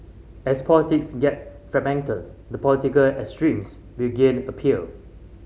as politics get fragmented the political extremes will gain appeal